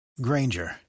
Granger